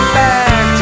back